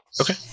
Okay